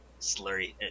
Slurry